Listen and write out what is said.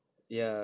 ya